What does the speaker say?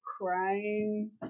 crying